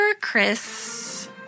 Chris